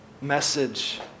message